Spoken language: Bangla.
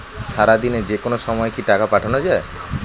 সারাদিনে যেকোনো সময় কি টাকা পাঠানো য়ায়?